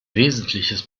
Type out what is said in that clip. wesentliches